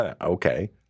Okay